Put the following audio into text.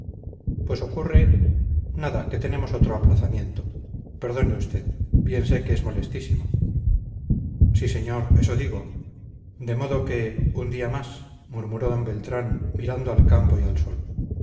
pues ocurre nada que tenemos otro aplazamiento perdone usted bien sé que es molestísimo sí señor eso digo de modo que un día más murmuró d beltrán mirando al campo y al sol